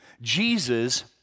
Jesus